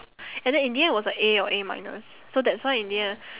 ~s and then in the end it was a A or A minus so that's why in the end